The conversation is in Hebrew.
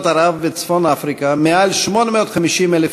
ערב וּצפון-אפריקה מעל 850,00 יהודים,